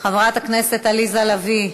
חברת הכנסת עליזה לביא,